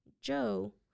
Joe